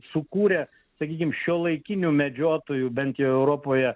sukūrė sakykim šiuolaikinių medžiotojų bent jau europoje